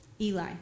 Eli